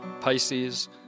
Pisces